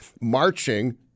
marching